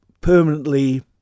permanently